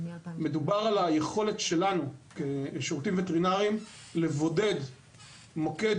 מדובר על היכולת שלנו כשירותים וטרינריים לבודד מוקד